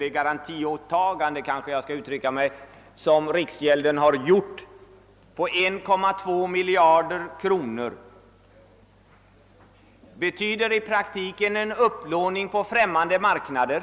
Det garantiåtagande på 1,2 miljarder kronor som riksgälden gjort betyder i praktiken upplåning på främmande marknader.